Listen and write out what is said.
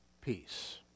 peace